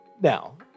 Now